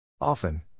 Often